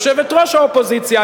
יושבת-ראש האופוזיציה,